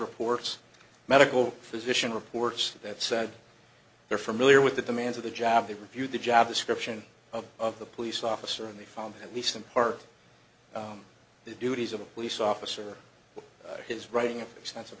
reports medical physician reports that said they're familiar with the demands of the job they reviewed the job description of of the police officer and they found at least in part the duties of a police officer with his writing an extensive